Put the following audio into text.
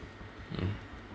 mm